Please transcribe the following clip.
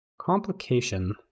complication